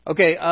Okay